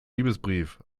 liebesbrief